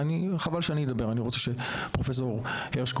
מה שאני יכול לומר זה שהוועדה הזאת